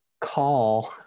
call